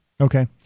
Okay